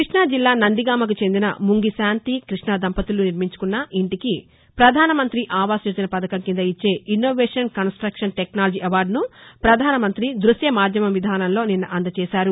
కృష్ణాజిల్లా నందిగామకు చెందిన ముంగి శాంతి కృష్ణ దంపతులు నిర్మించుకున్న ఇంటికి ప్రధానమంతి ఆవాస్ యోజన పథకం కింద ఇచ్చే ఇన్నోవేషన్ కన్ప్టక్షన్ టెక్నాలజీ అవార్డును ప్రధానమంతి నిన్న దృశ్య మాధ్యమ విధానంలో అందజేశారు